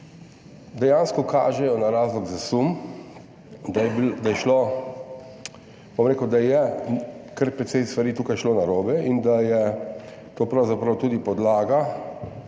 dejansko kaže na razlog za sum, bom rekel, da je kar precej stvari tukaj šlo narobe in da je to pravzaprav tudi podlaga